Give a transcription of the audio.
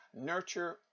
nurture